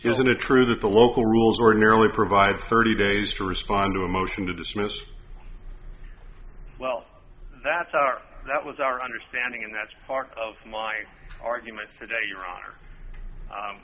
isn't it true that the local rules ordinarily provide thirty days to respond to a motion to dismiss well that's our that was our understanding and that's part of my arguments today your honor